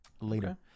later